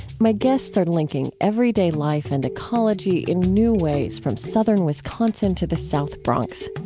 my guests are linking everyday life and ecology in new ways, from southern wisconsin to the south bronx.